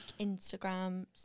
Instagram